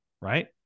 right